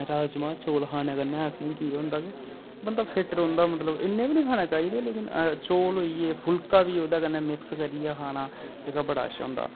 राजमां चौल खाने कन्नै असेंई केह् होंदा कि बंदा फिट रौह्ंदा इन्ने बी नेईं खाने चाहिद लेकिन चौल होई गे फुल्का बी ओह्दे कन्नै मिक्स करियै खाना जेह्का बड़ा अच्छा होंदा